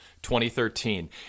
2013